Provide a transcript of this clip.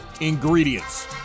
ingredients